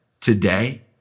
today